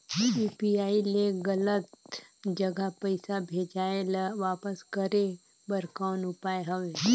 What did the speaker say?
UPI ले गलत जगह पईसा भेजाय ल वापस करे बर कौन उपाय हवय?